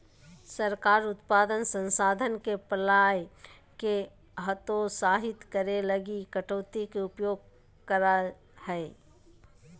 सरकार उत्पादक संसाधन के पलायन के हतोत्साहित करे लगी कटौती के उपयोग करा हइ